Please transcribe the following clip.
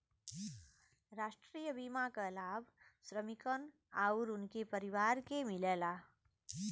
राष्ट्रीय बीमा क लाभ श्रमिकन आउर उनके परिवार के मिलेला